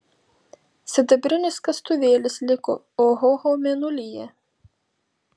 sidabrinis kastuvėlis liko ohoho mėnulyje